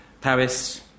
Paris